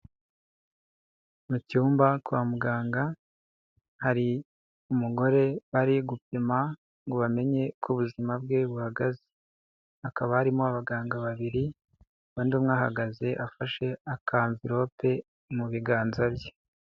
Mu cyumba kwa muganga, hari umugore bari gupima ngo bamenye uko ubuzima bwe buhagaze. Hakaba harimo abaganga babiri, undi umwe ahagaze afashe akamverope mu biganza bye.